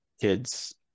kid's